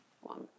one